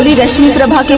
rashmi prabha